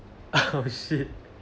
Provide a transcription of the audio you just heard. oh shit